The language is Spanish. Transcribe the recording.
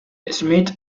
schmidt